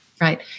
right